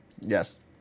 Yes